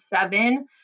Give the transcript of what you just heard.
seven